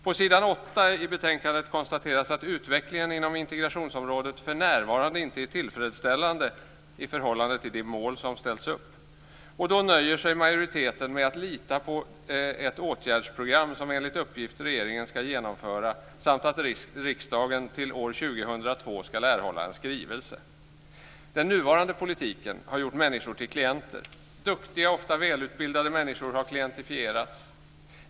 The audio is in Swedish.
På s. 8 i betänkandet konstateras det att utvecklingen inom integrationsområdet för närvarande inte är tillfredsställande i förhållande till de mål som ställts upp. Majoriteten nöjer sig med att lita på ett åtgärdsprogram som regeringen, enligt uppgift, ska genomföra samt att riksdagen till år 2002 ska erhålla en skrivelse. Den nuvarande politiken har gjort människor till klienter. Duktiga och ofta välutbildade människor har klientifierats.